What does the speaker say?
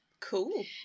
Cool